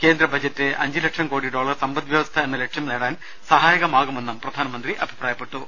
കേന്ദ്ര ബജറ്റ് അഞ്ചു ലക്ഷം കോടി ഡോളർ സമ്പദ് വ്യവസ്ഥ എന്ന ലക്ഷ്യം നേടാൻ സഹായകമാകുമെന്നും പ്രധാനമന്ത്രി പറഞ്ഞു